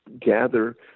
gather